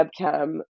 webcam